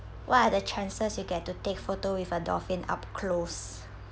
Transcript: what are the chances you get to take photo with a dolphin up close